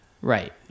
Right